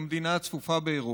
שהיא המדינה הצפופה באירופה,